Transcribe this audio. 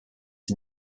its